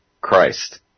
Christ